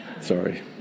Sorry